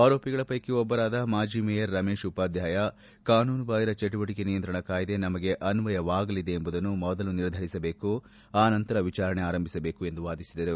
ಆರೋಪಿಗಳ ಪೈಕಿ ಒಬ್ಬರಾದ ಮಾಜ ಮೇಜರ್ ರಮೇಶ್ ಉಪಾಧ್ಯಾಯ ಕಾನೂನುಬಾಹಿರ ಚಟುವಟಿಕೆ ನಿಯಂತ್ರಣ ಕಾಯ್ದೆ ನಮಗೆ ಅನ್ವಯವಾಗಲಿದೆ ಎಂಬುದನ್ನು ಮೊದಲು ನಿರ್ಧರಿಸಬೇಕು ಆನಂತರ ವಿಚಾರಣೆ ಆರಂಭಿಸಬೇಕು ಎಂದು ವಾದಿಸಿದರು